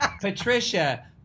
Patricia